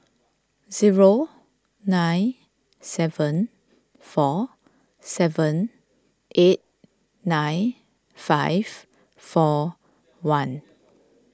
zero nine seven four seven eight nine five four one